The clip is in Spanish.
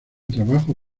trabajo